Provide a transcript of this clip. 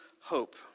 hope